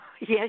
yes